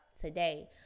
today